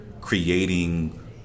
creating